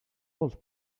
vols